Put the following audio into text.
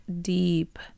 deep